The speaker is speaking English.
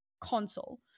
console